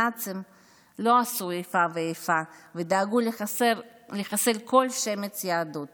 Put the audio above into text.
הנאצים לא עשו איפה ואיפה ודאגו לחסל כל שמץ יהדות